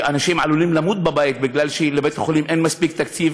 שאנשים עלולים למות בבית משום שלבית-החולים אין מספיק תקציב,